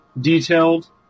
detailed